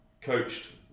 coached